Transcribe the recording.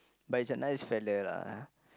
but he's a nice fella lah